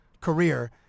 career